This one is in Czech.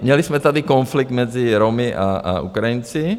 Měli jsme tady konflikt mezi Romy a Ukrajinci.